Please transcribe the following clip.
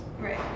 Right